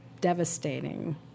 devastating